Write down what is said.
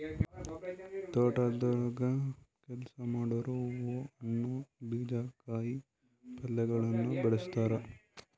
ತೋಟಗೊಳ್ದಾಗ್ ಕೆಲಸ ಮಾಡೋರು ಹೂವು, ಹಣ್ಣು, ಬೀಜ, ಕಾಯಿ ಪಲ್ಯಗೊಳನು ಬೆಳಸ್ತಾರ್